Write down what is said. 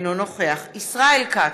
אינו נוכח ישראל כץ,